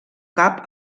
cap